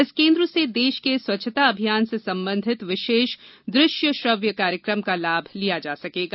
इस केन्द्र से देश के स्वच्छता अभियान से संबंधित विशेष दृश्य श्रव्य कार्यक्रम का लाभ लिया जा सकेगा